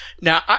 Now